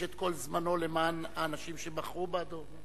את כל זמנו למען האנשים שבחרו בעדו?